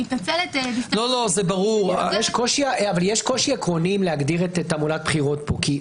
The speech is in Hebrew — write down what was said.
אבל יש קושי עקרוני אם להגדיר את תעמולת הבחירות בחוק.